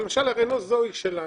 אבל למשל הרנו זואי שלנו,